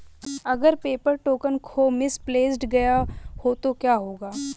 अगर paper token खो misplaced गया तो क्या होगा?